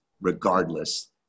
regardless